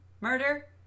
murder